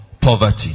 poverty